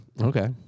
Okay